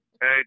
Hey